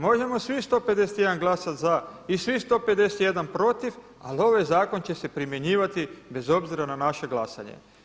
Možemo svih 151 glasati za i svih 151 glasati protiv ali ovaj zakon će se promjenjivati bez obzira na naše glasanje.